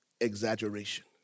exaggeration